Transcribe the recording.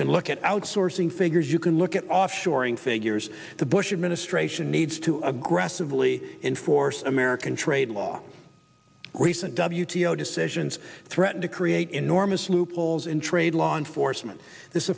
can look at outsourcing figures you can look at offshoring figures the bush administration needs to aggressively enforce american trade laws recent w t o decisions threaten to create enormous loopholes in trade law enforcement this